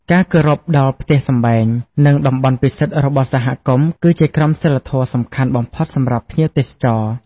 ការគោរពដល់ផ្ទះសម្បែង និងតំបន់ពិសិដ្ឋរបស់សហគមន៍ គឺជាក្រមសីលធម៌សំខាន់បំផុតសម្រាប់ភ្ញៀវទេសចរ។